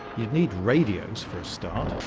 you'd need radios for a start.